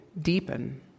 deepen